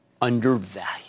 undervalued